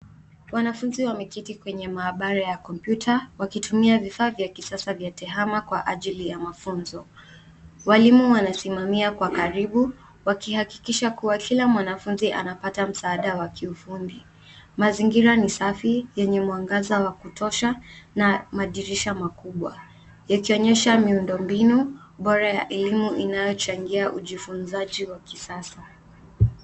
Wanafunzi wameketi kwenye maabara ya kompyuta, wakitumia vifaa vya kisasa ya tehama kwa ajili ya mafunzo. Walimu wanasimamia kwa karibu, wakihakikisha kuwa kila mwanafunzi anapata msaada wa kiufundi. Mazingira ni safi, yenye mwangaza wa kutosha na madirisha makubwa, yakionyesha miundombinu bora ya elimu inayochangia ujifunzaji wa kisasa.